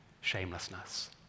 shamelessness